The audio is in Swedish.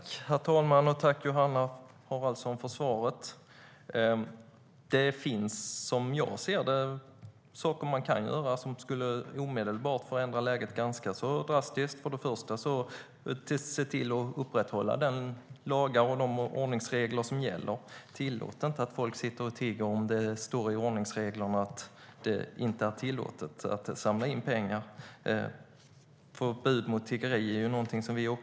Herr talman! Jag tackar Johanna Haraldsson för svaret. Förbud mot tiggeri är något som vi för fram.